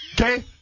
Okay